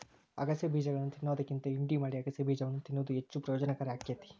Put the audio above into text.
ಅಗಸೆ ಬೇಜಗಳನ್ನಾ ತಿನ್ನೋದ್ಕಿಂತ ಹಿಂಡಿ ಮಾಡಿ ಅಗಸೆಬೇಜವನ್ನು ತಿನ್ನುವುದು ಹೆಚ್ಚು ಪ್ರಯೋಜನಕಾರಿ ಆಕ್ಕೆತಿ